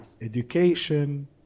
education